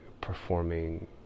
performing